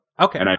Okay